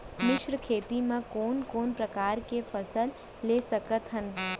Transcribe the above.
मिश्र खेती मा कोन कोन प्रकार के फसल ले सकत हन?